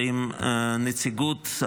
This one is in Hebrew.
ועם נציגות,